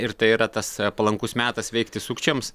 ir tai yra tas palankus metas veikti sukčiams